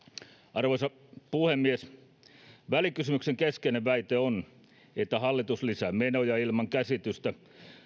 arvoisa puhemies välikysymyksen keskeinen väite on että hallitus lisää menoja ilman käsitystä